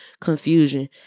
confusion